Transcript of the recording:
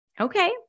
Okay